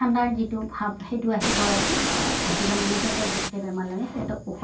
ঠাণ্ডাৰ যিটো ভাৱ সেইটো আহিব আহিলে মানে সেইটো বেছিকে বেমাৰ লাগে সিহঁতক ওখ